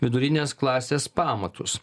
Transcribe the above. vidurinės klasės pamatus